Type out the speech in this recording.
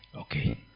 Okay